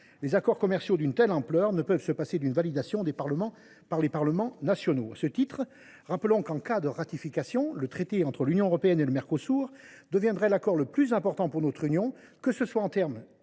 Les accords commerciaux d’une telle ampleur ne peuvent se passer d’une validation par les parlements nationaux. À cet égard, rappelons que, en cas de ratification, le traité entre l’Union européenne et le Mercosur deviendrait l’accord le plus important pour l’Union européenne, en termes